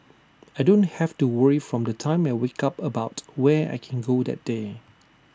I don't have to worry from the time I wake up about where I can go that day